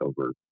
over